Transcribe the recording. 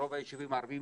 ברוב היישובים הערביים,